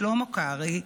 שלמה קרעי,